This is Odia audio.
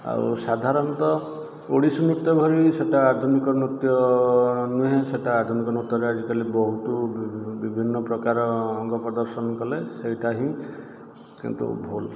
ଆଉ ସାଧାରଣତଃ ଓଡ଼ିଶୀ ନୃତ୍ୟ ବି ସେଇଟା ଆଧୁନିକ ନୃତ୍ୟ ନୁହେଁ ସେଇଟା ଆଧୁନିକ ନୃତ୍ୟରେ ଆଜିକାଲି ବହୁତ ବିଭିନ୍ନ ପ୍ରକାର ଅଙ୍ଗପ୍ରଦର୍ଶନ କଲେ ସେଇଟା ହିଁ କିନ୍ତୁ ଭୁଲ